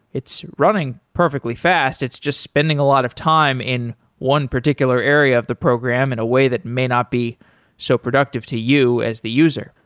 it's running perfectly fast. it's just spending a lot of time in one particular area of the program in a way that may not be so productive to you as the user.